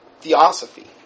Theosophy